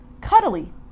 Cuddly